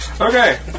Okay